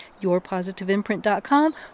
yourpositiveimprint.com